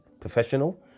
professional